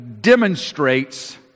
demonstrates